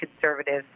conservatives